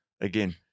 again